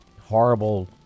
horrible